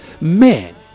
Man